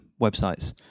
websites